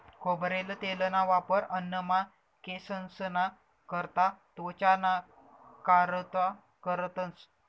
खोबरेल तेलना वापर अन्नमा, केंससना करता, त्वचाना कारता करतंस